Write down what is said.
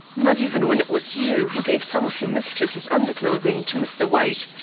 not even when it was you who gave some of your mistress's underclothing to mr. white,